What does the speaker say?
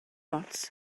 ots